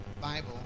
Bible